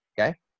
okay